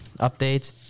updates